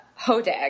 HODAG